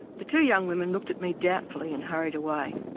the two young women looked at me doubtfully and hurried away.